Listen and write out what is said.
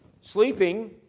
sleeping